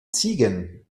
ziegen